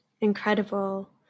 Incredible